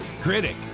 Critic